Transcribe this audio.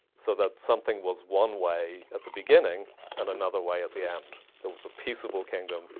so that something was one way at the beginning and another way at the end. there was a peaceable kingdom,